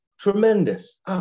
Tremendous